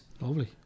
Lovely